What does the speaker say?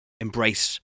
embrace